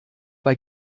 bei